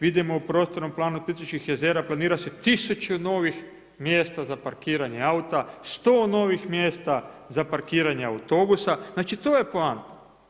Vidimo u Prostornom planu Plitvičkih jezera planira se tisuću novih mjesta za parkiranje auta, 100 novih mjesta za parkiranje autobusa, znači to je poanta.